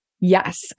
Yes